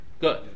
Good